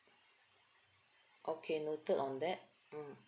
okay noted on that mm